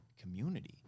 community